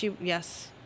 Yes